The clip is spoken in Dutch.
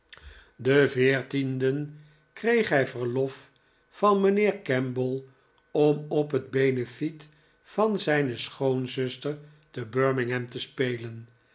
den veertienden kreeg hij verlof van mijnheer kemble om op het benefiet van zijne schoonzuster te birmingham te spelen